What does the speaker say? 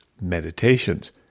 meditations